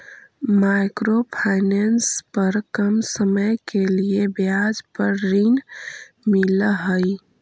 micro finance पर कम समय के लिए ब्याज पर ऋण मिलऽ हई